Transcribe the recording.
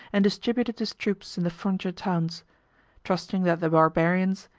and distributed his troops in the frontier towns trusting that the barbarians,